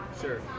sure